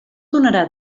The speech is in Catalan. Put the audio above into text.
donarà